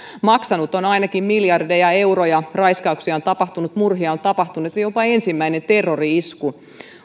maksanut on ainakin miljardeja euroja raiskauksia on tapahtunut murhia on tapahtunut ja jopa ensimmäinen terrori isku